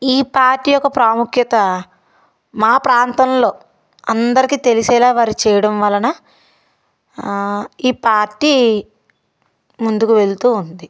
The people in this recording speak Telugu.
ఈ పార్టీ యొక్క ప్రాముఖ్యత మా ప్రాంతంలో అందరికీ తెలిసేలా వారు చేయడం వలన ఈ పార్టీ ముందుకు వెళుతూ ఉంది